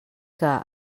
que